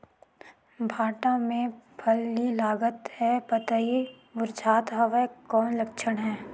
भांटा मे फल नी लागत हे पतई मुरझात हवय कौन लक्षण हे?